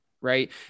right